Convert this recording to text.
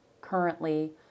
currently